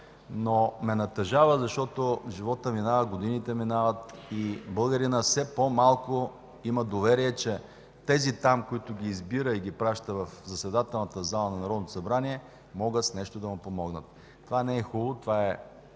но ме натъжава, защото животът минава, годините минават и българинът все по-малко има доверие, че тези там, които избира и праща в заседателната зала на Народното събрание, могат с нещо да му помогнат. Това не е хубаво, това е